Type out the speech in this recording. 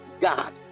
God